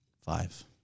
five